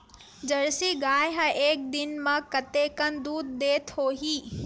Jersey गाय ह एक दिन म कतेकन दूध देत होही?